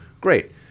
great